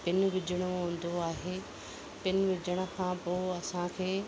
pin विझणो हूंदो आहे पिन विझण खां पोइ असां खे